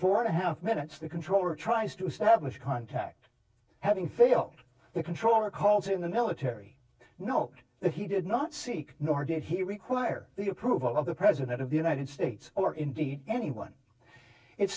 four and a half minutes the controller tries to establish contact having fail the controller calls in the military know that he did not seek nor did he require the approval of the president of the united states or indeed anyone it's